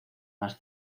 más